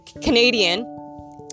Canadian